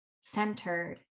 centered